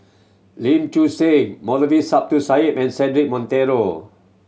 Leen Choo Seng Moulavi Sahib and Cedric Monteiro